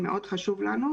זה מאוד חשוב לנו.